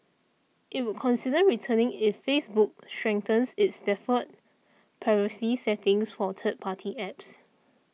it would consider returning if Facebook strengthens its default privacy settings for third party apps